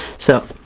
so,